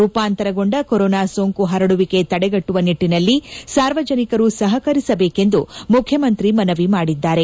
ರೂಪಾಂತರಗೊಂಡ corona ಸೋಂಕು ಹರಡುವಿಕೆ ತಡೆಗಟ್ಟುವ ನಿಟ್ಟಿನಲ್ಲಿ ಸಾರ್ವಜನಿಕರು ಸಹಕರಿಸಬೇಕೆಂದು ಮುಖ್ಯಮಂತ್ರಿ ಮನವಿ ಮಾಡಿದ್ದಾರೆ